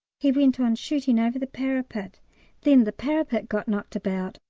he went on shooting over the parapet then the parapet got knocked about,